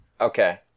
Okay